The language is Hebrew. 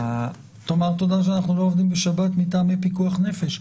תאמר תודה שאנחנו לא עובדים בשבת מטעמי פיקוח נפש.